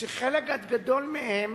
שחלק גדול מהן